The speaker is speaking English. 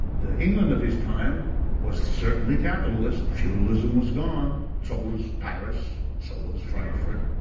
the england of his time was certainly capitalist. feudalism was gone. so was paris. so it was frankfurt.